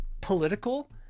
political